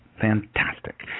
Fantastic